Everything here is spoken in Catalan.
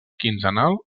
quinzenal